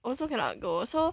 also cannot go so